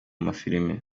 mafilime